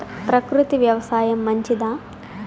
ప్రకృతి వ్యవసాయం మంచిదా?